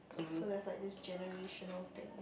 so there's like this generational thing